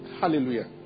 Hallelujah